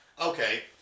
okay